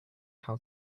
how